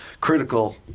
critical